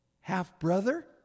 half-brother